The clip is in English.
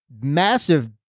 massive